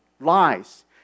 lies